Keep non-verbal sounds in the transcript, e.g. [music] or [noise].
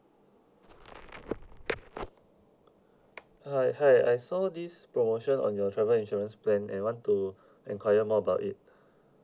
hi hi I saw this promotion on your travel insurance plan I want to [breath] enquire more about it